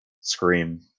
scream